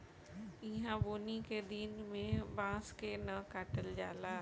ईहा बुनी के दिन में बांस के न काटल जाला